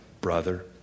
brother